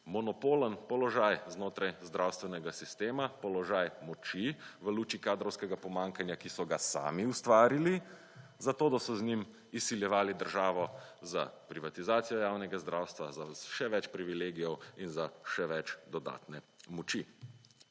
monopolen položaj znotraj zdravstvenega sistema, položaj moči v luči kadrovskega pomanjkanja, ki so ga sami ustvarili za to, da so z njim izsiljevali državo za privatizacijo javnega zdravstva, za še več privilegijev in za še več dodatne moči.